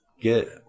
get